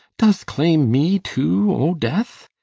does claim me too, o death?